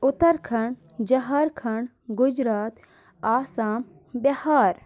Uttarakhand Jharkhand Gujarat Assam Bihar